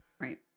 Right